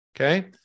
Okay